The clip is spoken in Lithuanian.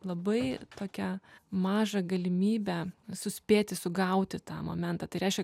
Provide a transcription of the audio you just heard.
labai tokią mažą galimybę suspėti sugauti tą momentą tai reiškia